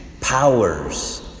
powers